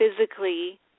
physically